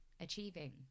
achieving